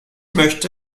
möchte